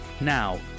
Now